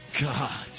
God